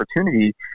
opportunity